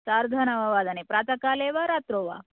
सार्धनववादने प्रात काले वा रात्रौ वा